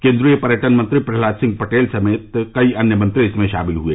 केंद्रीय पर्यटन मंत्री प्रहलाद सिंह पटेल समेत कई अन्य मंत्री इसमें शामिल हुए